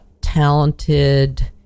talented